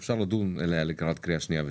ואפשר לדון בה לקראת קריאה שנייה ושלישית.